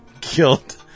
killed